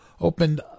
opened